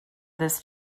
this